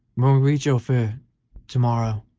when we reach ophir to-morrow,